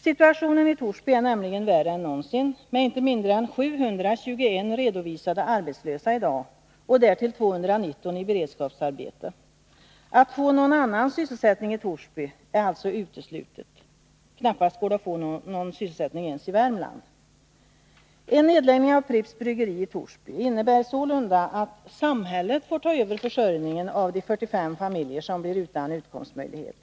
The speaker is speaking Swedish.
Situationen i Torsby är i dag värre än någonsin, med inte mindre än 721 redovisade arbetslösa och därtill 219 personer i beredskapsarbete. Att finna någon annan sysselsättning i Torsby är alltså uteslutet. Det går knappast att få någon sysselsättning ens i Värmland. En nedläggning av Pripps Bryggerier i Torsby innebär sålunda att samhället får ta över försörjningen av de 45 familjer som blir utan utkomstmöjlighet.